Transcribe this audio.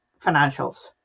financials